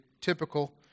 typical